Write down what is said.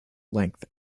length